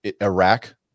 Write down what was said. Iraq